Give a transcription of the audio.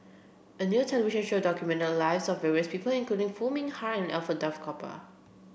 a new television show documented the lives of various people including Foo Mee Har and Alfred Duff Cooper